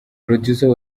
producer